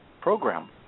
program